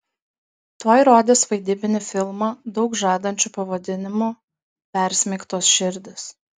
tuoj rodys vaidybinį filmą daug žadančiu pavadinimu persmeigtos širdys